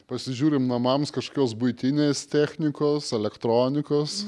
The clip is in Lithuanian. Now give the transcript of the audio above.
pasižiūrim namams kažkokios buitinės technikos elektronikos